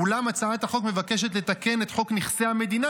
אולם הצעת החוק מבקשת לתקן את חוק נכסי המדינה,